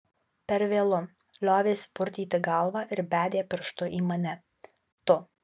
per vėlu liovėsi purtyti galvą ir bedė pirštu į mane tu